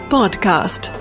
Podcast